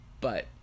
But-